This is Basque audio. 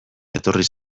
etorri